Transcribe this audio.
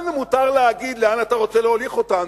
לנו מותר להגיד לאן אתה רוצה להוליך אותנו.